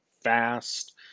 fast